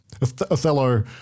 Othello